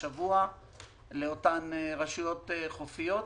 השבוע לאותן רשויות חופיות.